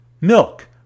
milk